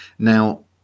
Now